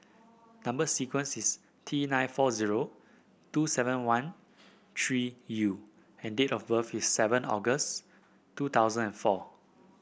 number sequence is T nine four zero two seven one three U and date of birth is seven August two thousand and four